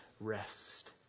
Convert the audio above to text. rest